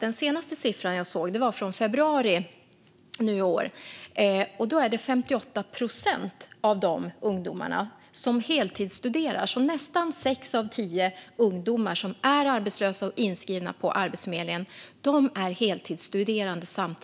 den senaste siffran som jag sett, från februari i år, är det 58 procent av alla som är arbetslösa och inskrivna på Arbetsförmedlingen som heltidsstuderar. Nästan sex av tio ungdomar som är arbetslösa och inskrivna på Arbetsförmedlingen är alltså heltidsstuderande.